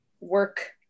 work